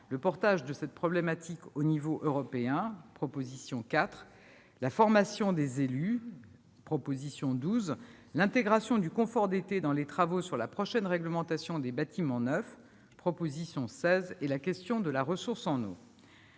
le portage de cette problématique au niveau européen- proposition 4 -, la formation des élus- proposition 12 -, l'intégration du confort d'été dans les travaux sur la prochaine réglementation des bâtiments neufs- proposition 16 -et la question de la ressource en eau.